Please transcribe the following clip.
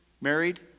married